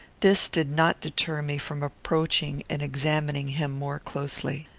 this did not deter me from approaching and examining him more closely.